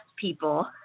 people